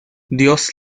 dios